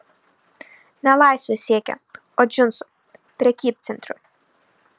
ne laisvės siekė o džinsų prekybcentrių